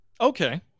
Okay